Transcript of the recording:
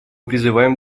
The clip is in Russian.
призываем